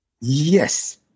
Yes